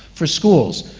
for schools,